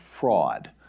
fraud